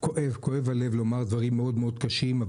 כואב הלב לומר דברים מאוד מאוד קשים,